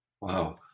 Wow